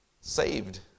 saved